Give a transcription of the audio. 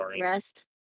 rest